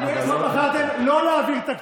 אתם בחרתם לפזר את הממשלה הקודמת,